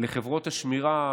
ל"חברות השמירה",